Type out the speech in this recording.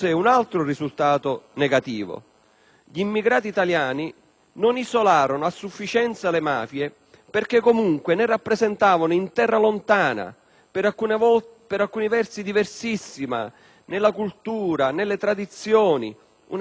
gli emigrati italiani non isolarono a sufficienza le mafie perché comunque ne rappresentavano, in terra lontana, per alcuni versi diversissima nella cultura, nelle tradizioni, una certa e sicura protettiva appartenenza.